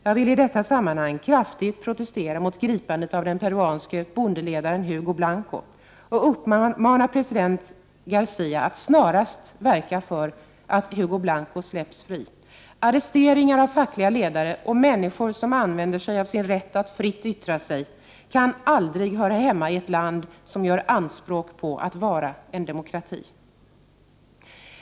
Jag vill i sammanhanget kraftigt protestera mot gripandet av den peruanske bondeledaren Hugo Blanco och uppmana president Garcia att snarast verka för att Hugo Blanco släpps fri. Arresteringar av fackliga ledare och människor som använder sig av sin rätt att fritt yttra sig kan aldrig höra hemma i ett land som gör anspråk på att vara en demokrati.